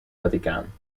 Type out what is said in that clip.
vaticaan